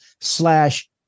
slash